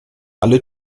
alle